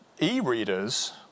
E-readers